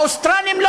האוסטרלים לא